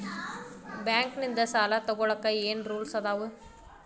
Bank ನಿಂದ್ ಸಾಲ ತೊಗೋಳಕ್ಕೆ ಏನ್ ರೂಲ್ಸ್ ಅದಾವ?